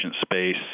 space